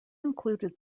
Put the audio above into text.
included